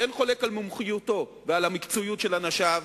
שאין חולק על מומחיותו ועל המקצועיות של אנשיו,